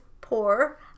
poor